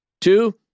Two